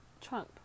Trump